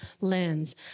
lens